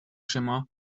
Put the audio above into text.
schimmer